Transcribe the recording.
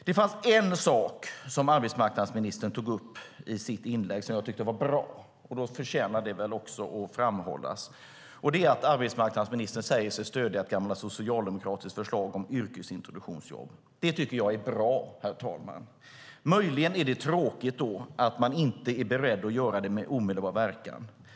Det fanns en sak som arbetsmarknadsministern tog upp i sitt inlägg som jag tyckte var bra, och även det förtjänar väl att framhållas. Det är att arbetsmarknadsministern säger sig stödja ett gammalt socialdemokratiskt förslag om yrkesintroduktionsjobb. Det tycker jag är bra, herr talman. Möjligen är det tråkigt att man inte är beredd att göra det med omedelbar verkan.